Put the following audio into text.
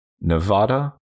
Nevada